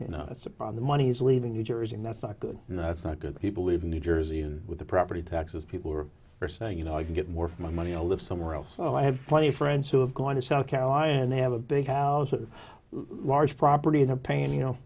you know that's upon the money he's leaving new jersey and that's not good and that's not good people live in new jersey and with the property taxes people who are are saying you know i can get more for my money to live somewhere else so i have plenty of friends who have gone to south carolina and they have a big house a large property in the pain you know